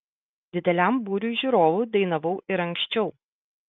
dideliam būriui žiūrovų dainavau ir anksčiau